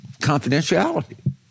confidentiality